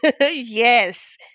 Yes